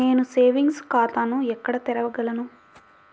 నేను సేవింగ్స్ ఖాతాను ఎక్కడ తెరవగలను?